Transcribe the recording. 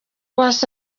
uwase